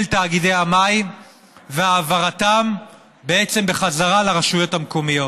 תאגידי המים והעברתם בחזרה לרשויות המקומיות.